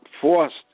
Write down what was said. forced